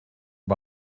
ich